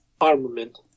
Armament